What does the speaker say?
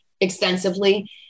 extensively